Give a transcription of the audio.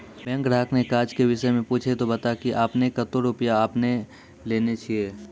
Bank ग्राहक ने काज के विषय मे पुछे ते बता की आपने ने कतो रुपिया आपने ने लेने छिए?